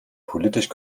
politisch